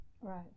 right